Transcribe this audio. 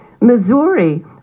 Missouri